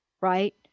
right